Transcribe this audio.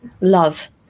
love